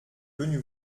venu